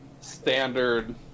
standard